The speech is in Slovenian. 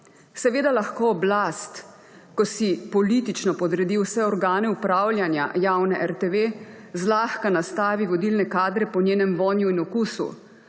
Seveda lahko oblast, ko si politično podredi vse organe upravljanja javne RTV, zlahka nastavi vodilne kadre po njenem vonju in okusu,